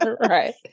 Right